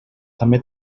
també